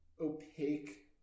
opaque